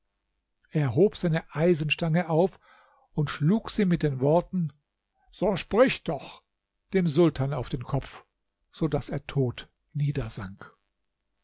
hob seine eisenstange auf und schlug sie mit den worten so sprich doch dem sultan auf den kopf so daß er tot